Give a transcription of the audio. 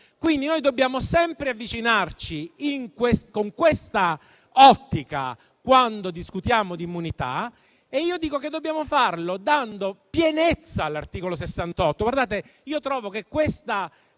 Quindi noi dobbiamo sempre avvicinarci con questa ottica quando discutiamo di immunità e io dico che dobbiamo farlo dando pienezza all'articolo 68 della Costituzione. Io trovo che questa